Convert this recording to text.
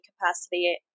capacity